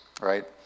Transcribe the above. right